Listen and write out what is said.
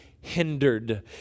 hindered